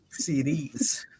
CDs